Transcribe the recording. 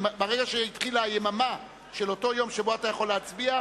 ברגע שהתחילה היממה של אותו יום שבו אתה יכול להצביע,